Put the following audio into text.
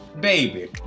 baby